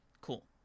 Cool